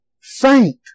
saint